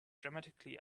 dramatically